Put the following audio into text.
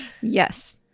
Yes